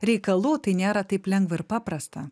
reikalų tai nėra taip lengva ir paprasta